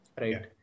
right